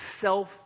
self